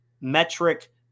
metric